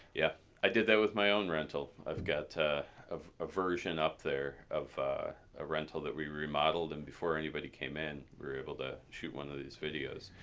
yeah. i did that with my own rental. i've got to have a version up there of a rental that we remodeled and before anybody came in. we're able to shoot one of these videos.